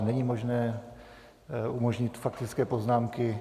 Není možné umožnit faktické poznámky.